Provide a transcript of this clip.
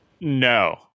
No